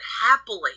happily